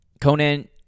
Conan